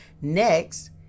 Next